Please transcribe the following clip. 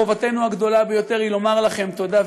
חובתנו הגדולה ביותר היא לומר לכם תודה,